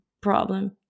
problem